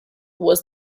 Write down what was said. was